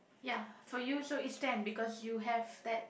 ya for you so it's ten because you have that